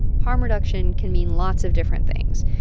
harm reduction can mean lots of different things.